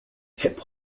hip